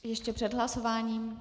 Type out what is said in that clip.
Ještě před hlasováním?